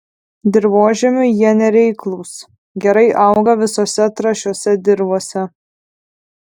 dirvožemiui jie nereiklūs gerai auga visose trąšiose dirvose